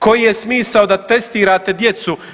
Koji je smisao da testirate djecu?